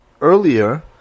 earlier